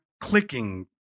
clicking